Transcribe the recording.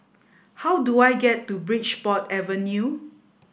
how do I get to Bridport Avenue